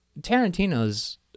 Tarantino's